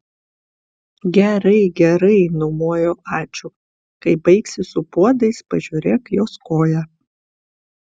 gerai gerai numojo ačiū kai baigsi su puodais pažiūrėk jos koją